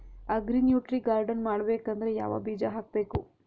Agri nutri garden ಮಾಡಬೇಕಂದ್ರ ಯಾವ ಬೀಜ ಹಾಕಬೇಕು?